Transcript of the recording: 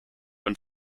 und